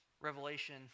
Revelation